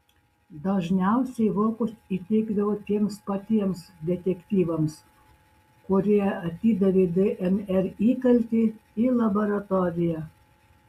dažniausiai vokus įteikdavo tiems patiems detektyvams kurie atidavė dnr įkaltį į laboratoriją